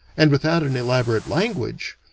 and without an elaborate language,